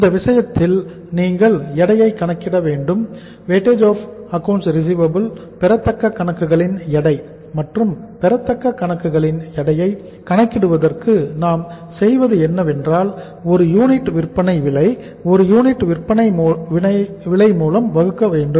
இந்த விஷயத்தில் நீங்கள் எடையை கணக்கிட வேண்டும் WAR weightage of accounts receivable அதாவது பெறத்தக்க கணக்குகளின் எடை மற்றும் பெறத்தக்க கணக்குகளின் எடையை கணக்கிடுவதற்கு நாம் செய்வது என்னவென்றால் ஒரு யூனிட் விற்பனை விலை ஒரு யூனிட் விற்பனை விலை மூலம் வகுக்க வேண்டும்